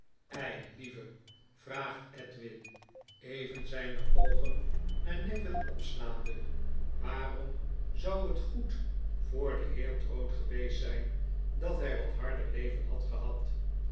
eilieve vraagt edwin even zgne oogen naar neville opslaande waarom zou het goed voor den heer drood geweest zgn dat hij wat harder leven had gehad